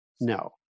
No